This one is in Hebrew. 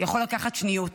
יכול לקחת שניות.